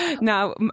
Now